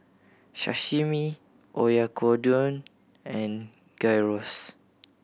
Sashimi Oyakodon and Gyros